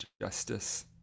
justice